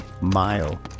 mile